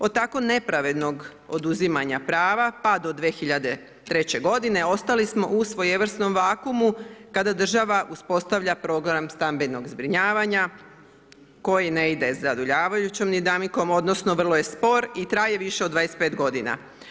Od tako nepravednog oduzimanja prava pa do 2003. godine ostali smo u svojevrsnom vakuumu kada država uspostavlja Program stambenog zbrinjavanja koji ne ide zadovoljavajućom dinamikom, odnosno vrlo je spor i traje više od 25 godina.